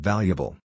Valuable